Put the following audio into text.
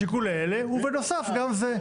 השיקולים האלה ובנוסף גם זה.